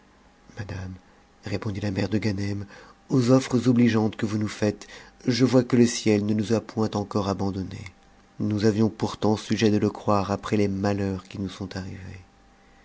madame répondit famère de gauem aux offres obligeantes que vous nous faites je vois que le ciel ne nous a point encore abandonnées nous avions pourtant sujet de le croire après les malheurs qui nous sont arrivés